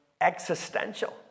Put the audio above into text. existential